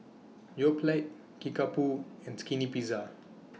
Yoplait Kickapoo and Skinny Pizza